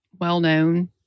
well-known